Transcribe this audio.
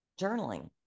journaling